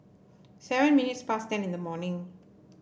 seven minutes past ten in the morning